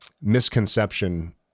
misconception